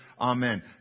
Amen